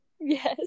Yes